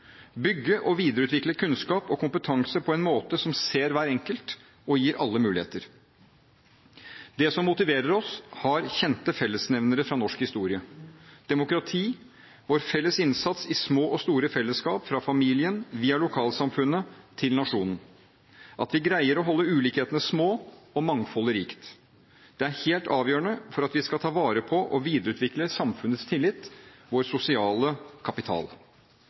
bygge og videreutvikle kunnskap og kompetanse på en måte som ser hver enkelt, og gir alle muligheter. Det som motiverer oss, har kjente fellesnevnere fra norsk historie: demokrati, vår felles innsats i små og store fellesskap – fra familien via lokalsamfunnet til nasjonen. At vi greier å holde ulikhetene små og mangfoldet rikt, er helt avgjørende for at vi skal ta vare på og videreutvikle samfunnets tillit, vår sosiale kapital.